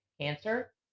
Cancer